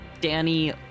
Danny